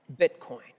Bitcoin